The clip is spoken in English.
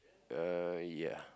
uh ya